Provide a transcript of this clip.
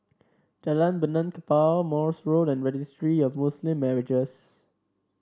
Jalan Benaan Kapal Morse Road and Registry of Muslim Marriages